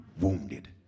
wounded